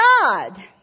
God